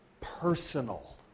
personal